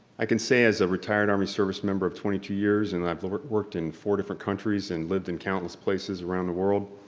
i can say as a retired army service member of twenty two years and i've worked worked in four different countries and lived in countless places around the world,